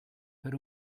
per